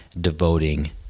devoting